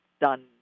done